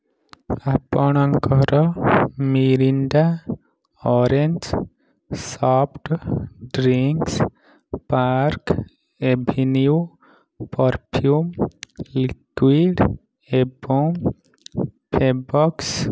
ଆପଣଙ୍କର Mirinda orange soft drinks Park Avenue perfume liquid ଏବଂ ଫେବକ୍ସ